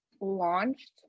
launched